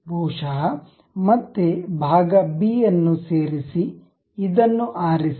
ಬಹುಶಃ ಮತ್ತೆ ಭಾಗ ಬಿ ಅನ್ನು ಸೇರಿಸಿ ಇದನ್ನು ಆರಿಸಿ